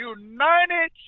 United